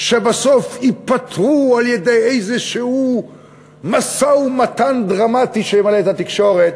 שבסוף ייפתרו על-ידי איזשהו משא-ומתן דרמטי שימלא את התקשורת,